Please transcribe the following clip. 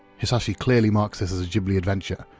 hisashi clearly marks this as a ghibli adventure,